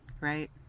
right